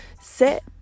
sit